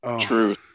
True